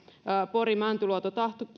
pori mäntyluoto